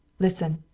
listen!